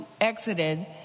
exited